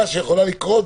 ודאי.